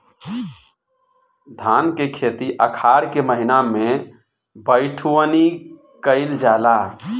धान के खेती आषाढ़ के महीना में बइठुअनी कइल जाला?